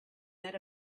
that